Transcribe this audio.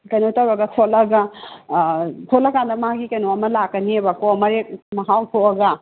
ꯀꯩꯅꯣ ꯇꯧꯔꯒ ꯊꯣꯠꯂꯛꯑꯒ ꯊꯣꯠꯂ ꯀꯥꯟꯗ ꯃꯥꯒꯤ ꯀꯩꯅꯣ ꯑꯃ ꯂꯥꯛꯀꯅꯦꯕꯀꯣ ꯃꯔꯦꯛ ꯃꯍꯥꯎ ꯊꯣꯛꯑꯒ